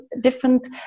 different